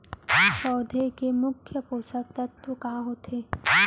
पौधे के मुख्य पोसक तत्व का होथे?